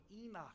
Enoch